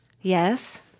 Yes